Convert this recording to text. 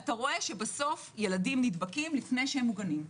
- אתה רואה שילדים נדבקים לפני שהם מוגנים.